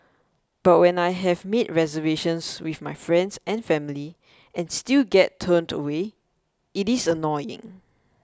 but when I have made reservations with my friends and family and still get turned away it is annoying